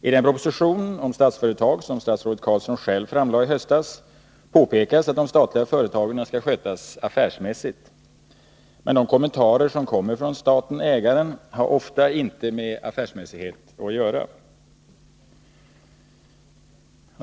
I den proposition om Statsföretag som statsrådet Carlsson själv framlade i höstas påpekas att de statliga företagen skall skötas affärsmässigt, men de kommentarer som kommer från staten/ägaren har ofta inte med affärsmässighet att göra.